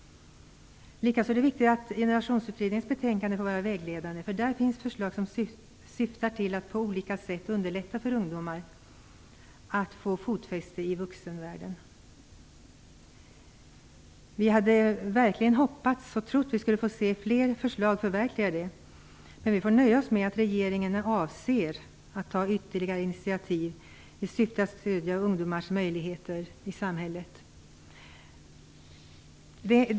Likaså är det viktigt att Generationsutredningens betänkande kommer att vara vägledande. Där finns förslag som syftar till att på olika sätt underlätta för ungdomar att få fotfäste i vuxenvärlden. Vi hade verkligen hoppats och trott att vi skulle få se fler förslag förverkligade. Men vi får nöja oss med att regeringen med avser att ta ytterligare initiativ i syfte att stödja ungdomars möjligheter i samhället.